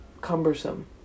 cumbersome